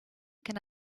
can